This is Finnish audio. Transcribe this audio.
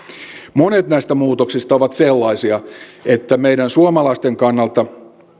monet näistä muutoksista ovat sellaisia että meidän suomalaisten kannalta